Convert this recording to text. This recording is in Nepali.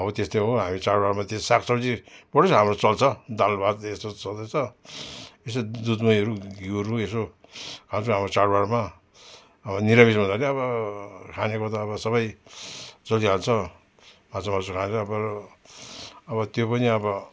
अब त्यस्तै हो हामी चाडबाडमा त्यो साग सब्जी हाम्रो चल्छ दाल भात यस्तो चल्दैछ यसो दुध महीहरू घिउहरू यसो खान्छ हाम्रो चाडबाडमा अब निरामिष हुँदा कहाँ अब खानेमा त अब सबै चलिहाल्छ माछा मासु खाएर बरु अब त्यो पनि अब